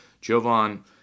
Jovan